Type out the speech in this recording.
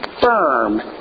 firm